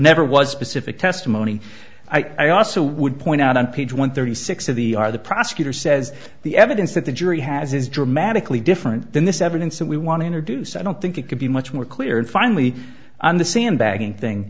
never was specific testimony i also would point out on page one thirty six of the our the prosecutor says the evidence that the jury has is dramatically different than this evidence that we want to introduce i don't think it could be much more clear and finally on the sand